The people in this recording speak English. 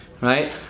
right